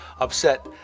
upset